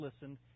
listened